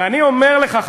ואני אומר לך,